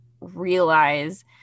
realize